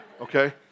Okay